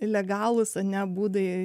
legalūs ne būdai